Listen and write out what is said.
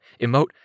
Emote